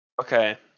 okay